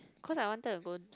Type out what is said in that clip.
cause I wanted to go